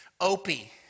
Opie